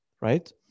Right